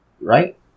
right